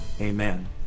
Amen